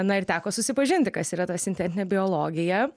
na ir teko susipažinti kas yra ta sintetinė biologija